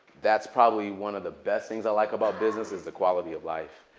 that's probably one of the best things i like about business is the quality of life.